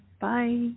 Bye